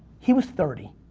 he was thirty,